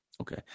Okay